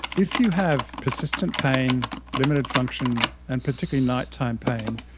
if you have persistent pain, limited function and particularly night-time pain,